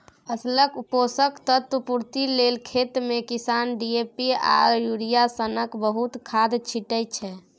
फसलक पोषक तत्व पुर्ति लेल खेतमे किसान डी.ए.पी आ युरिया सनक बहुत खाद छीटय छै